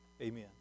Amen